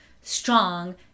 strong